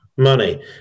money